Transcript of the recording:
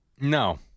No